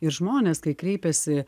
ir žmonės kai kreipiasi